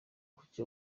kuki